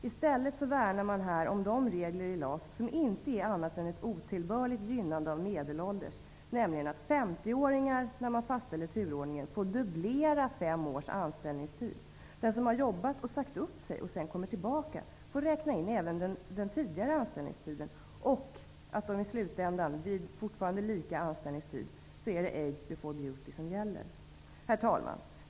I stället värnar man om de regler i LAS som inte är annat än ett otillbörligt gynnande av medelålders, nämligen att 50-åringar vid fastställande av turordning får dubblera 5 års anställningstid, vidare att den som jobbat, sagt upp sig och sen återkommer även får räkna den tidigare anställningstiden och att det i slutändan, vid lika anställningstid, är ''age before beauty'' som gäller. Herr talman!